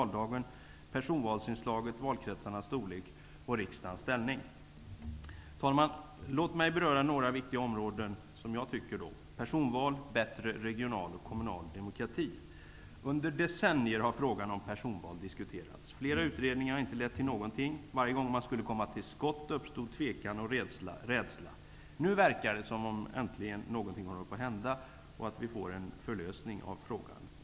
Låt mig beröra några områden som jag anser är viktiga -- personval, bättre regional och kommunal demokrati. Under decennier har frågan om personval diskuterats. Flera utredningar har inte lett till någonting. Varje gång man skulle komma till skott uppstod tvekan och rädsla. Nu verkar det äntligen som om någonting håller på att hända och att vi får en förlösning av frågan.